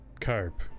Carp